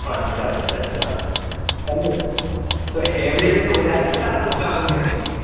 अच्छा अच्छा अच्छा चलिए अच्छा एवलेवल तो हो जाएगी सागवान सागवान की लकड़ी